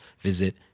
visit